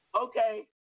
Okay